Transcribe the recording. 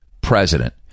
president